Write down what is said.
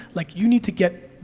like you need to get,